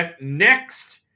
Next